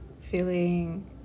feeling